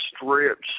strips